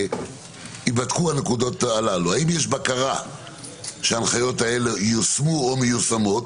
ייבדקו הנקודות הללו: האם יש בקרה שההנחיות האלה יושמו או מיושמות?